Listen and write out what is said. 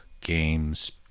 games